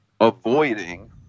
avoiding